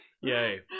yay